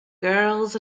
girls